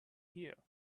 here